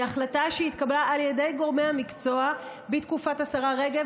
היא החלטה שהתקבלה על ידי גורמי המקצוע בתקופת השרה רגב.